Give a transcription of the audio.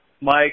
Mike